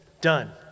done